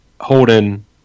Holden